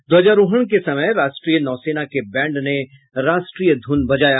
ध्वजारोहण के समय राष्ट्रीय नौसेना के बैंड ने राष्ट्रीय धुन बजाया